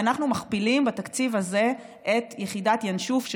ואנחנו מכפילים בתקציב הזה את יחידת ינשוף,